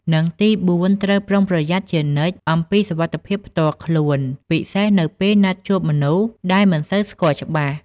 និងទីបួន ត្រូវ ប្រុងប្រយ័ត្នជានិច្ចអំពីសុវត្ថិភាពផ្ទាល់ខ្លួន ពិសេសនៅពេលណាត់ជួបមនុស្សដែលមិនសូវស្គាល់ច្បាស់។